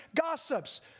gossips